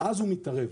אז הוא מתערב.